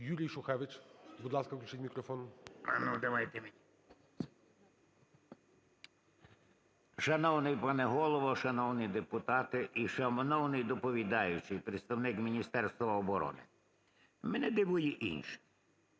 Юрій Шухевич. Будь ласка, включіть мікрофон. 12:56:03 ШУХЕВИЧ Ю.Р. Шановний пане Голово, шановні депутати і шановний доповідаючий представник Міністерства оборони, мене дивує інше.